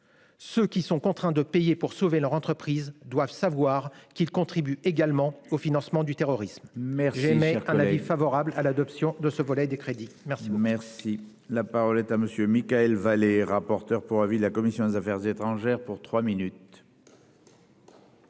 ceux qui sont contraints de payer pour sauver leur entreprise doivent savoir qu'ils contribuent également au financement du terrorisme mer génère un avis favorable à l'adoption de ce volet des crédits merci merci. La parole est à monsieur Mickaël, rapporteur pour avis de la commission des Affaires étrangères pour 3 minutes.